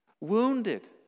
wounded